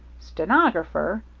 stenographer!